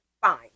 fine